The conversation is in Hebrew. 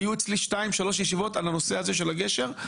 היו אצלי 2-3 ישיבות על הנושא הזה של הגשר,